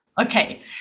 Okay